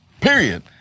Period